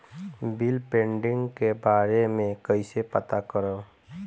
Bill pending के बारे में कईसे पता करब?